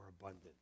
abundant